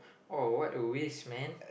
oh what a waste man